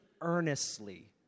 earnestly